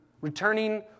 returning